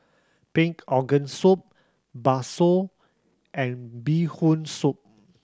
pig organ soup bakso and Bee Hoon Soup